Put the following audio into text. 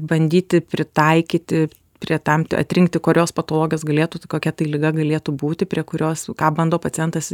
bandyti pritaikyti prie tam atrinkti kurios patologijos galėtų kokia tai liga galėtų būti prie kurios ką bando pacientas